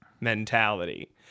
mentality